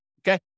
Okay